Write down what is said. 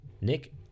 Nick